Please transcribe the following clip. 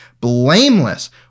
blameless